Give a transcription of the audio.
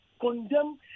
condemn